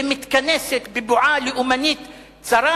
ומתכנסת בבועה לאומנית צרה,